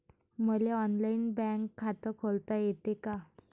मले online bank खात खोलता येते का?